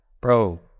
bro